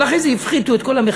אבל אחרי זה הפחיתו את כל המכסים,